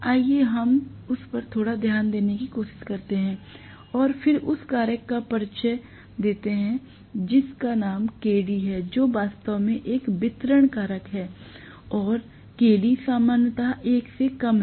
आइए हम उस पर थोड़ा ध्यान देने की कोशिश करते हैं और फिर उस कारक का परिचय देते हैं जिसका नाम Kd है जो वास्तव में एक वितरण कारक है और Kd सामान्यतः 1 से कम है